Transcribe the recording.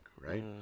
right